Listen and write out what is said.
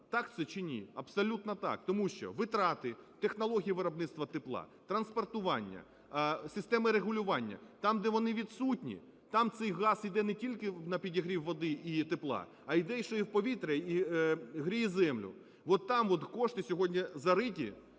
так це чи ні. Абсолютно так. Тому що витрати, технології виробництва тепла, транспортування, системи регулювання, там, де вони відсутні, там цей газ іде не тільки на підігрів води і тепла, а іде іще і в повітря і гріє землю. От там от кошти сьогодні зариті,